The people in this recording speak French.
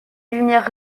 lumière